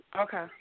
Okay